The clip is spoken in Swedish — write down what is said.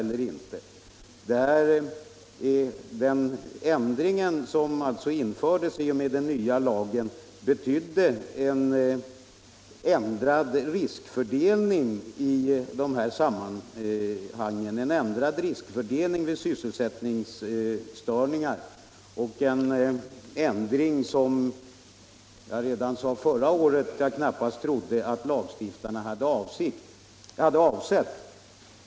Men den ändring som genomfördes i och med den nya lagen betydde också en ändrad riskfördelning vid sysselsättningsstörningar. Det är en ändring som jag — det sade jag redan förra året — knappast tror att lagstiftarna hade avsett.